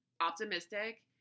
optimistic